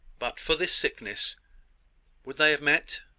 but for this sickness would they have met